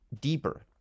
deeper